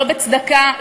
לא בצדקה,